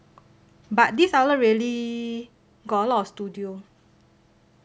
but this outlet really got a lot of studios